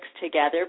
together